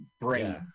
brain